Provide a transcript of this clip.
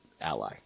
ally